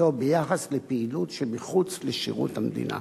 אתו ביחס לפעילות שמחוץ לשירות המדינה.